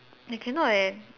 I cannot eh